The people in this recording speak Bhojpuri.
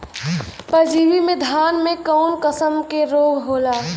परजीवी से धान में कऊन कसम के रोग होला?